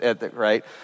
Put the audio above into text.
right